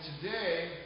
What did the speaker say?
today